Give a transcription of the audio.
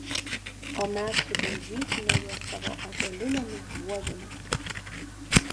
o mes sudaužysime juos savo ąžuolinėmis buožėmis